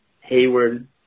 Hayward